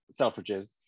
Selfridges